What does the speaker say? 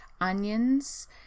onions